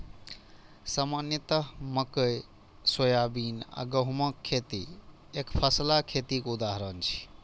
सामान्यतः मकइ, सोयाबीन आ गहूमक खेती एकफसला खेतीक उदाहरण छियै